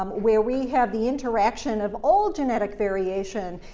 um where we have the interaction of all genetic variation,